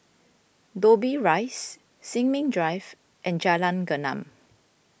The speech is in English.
Dobbie Rise Sin Ming Drive and Jalan Gelam